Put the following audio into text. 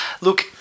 Look